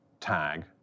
tag